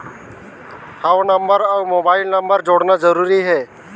हव नंबर अउ mobile number जोड़ना जरूरी हे?